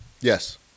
Yes